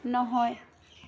নহয়